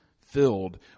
filled